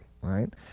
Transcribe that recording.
right